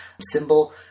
symbol